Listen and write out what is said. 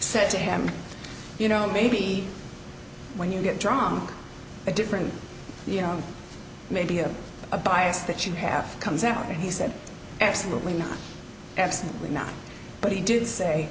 said to him you know maybe when you get drunk a different you know maybe of a bias that you have comes out and he said absolutely not absolutely not but he did say